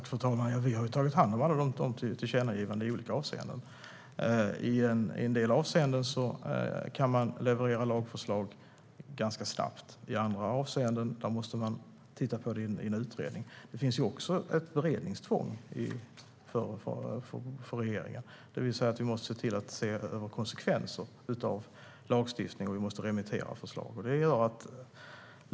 Fru talman! Vi har tagit hand om alla tillkännagivandena i olika avseenden. I en del avseenden kan man leverera lagförslag ganska snabbt. I andra avseenden måste man titta på dem i utredningar. Det finns också ett beredningstvång för regeringen, det vill säga att vi måste se över konsekvenserna av lagstiftningen och remittera förslag.